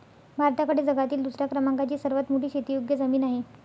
भारताकडे जगातील दुसऱ्या क्रमांकाची सर्वात मोठी शेतीयोग्य जमीन आहे